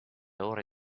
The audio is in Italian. ore